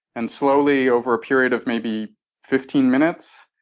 and slowly over a period of maybe fifteen minutes,